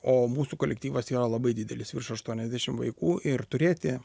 o mūsų kolektyvas yra labai didelis virš aštuoniasdešim vaikų ir turėti